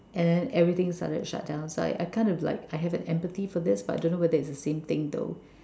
and then everything started to shut down so I I kind of like I have an empathy for this but I don't know if it's the same thing though